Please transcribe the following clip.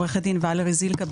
עו"ד ואלרי זילכה,